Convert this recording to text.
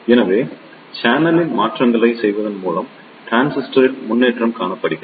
எனவே சேனலில் மாற்றங்களைச் செய்வதன் மூலம் டிரான்சிஸ்டரில் முன்னேற்றம் காணப்படுகிறது